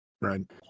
Right